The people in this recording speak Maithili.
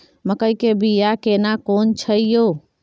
मकई के बिया केना कोन छै यो?